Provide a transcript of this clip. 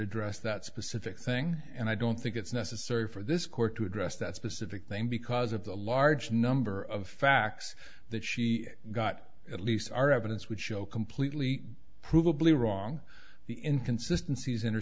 address that specific thing and i don't think it's necessary for this court to address that specific thing because of the large number of facts that she got at least our evidence would show completely provably wrong the inconsisten